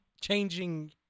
changing